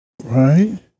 Right